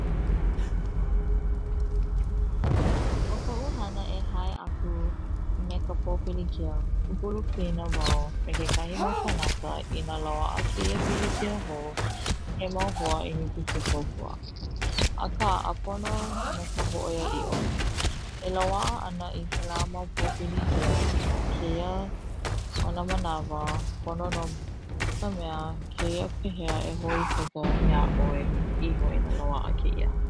O koʻu hana e hai aku me ka popilikia, kukulu pilina wau me kekahi mau kanaka ina loaʻa Keia pilikia hou, he mau hoa i hiki ke kokua aka ʻapono me ka hoʻoiaiʻo, e loaʻa ana i kela mau popilikia keia ona manawa pono no ka mea keia pehea e hoʻoikaika iaʻoe iho ina loaʻa keia.